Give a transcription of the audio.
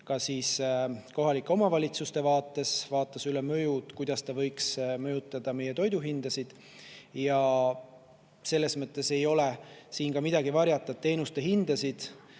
ka kohalike omavalitsuste vaates, vaatas üle, kuidas see võiks mõjutada meie toiduhindasid. Selles mõttes ei ole siin midagi varjata, et teenuste hindasid